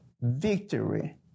victory